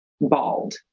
bald